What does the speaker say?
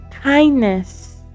kindness